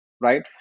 Right